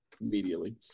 Immediately